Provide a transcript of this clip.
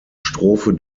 strophe